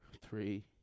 three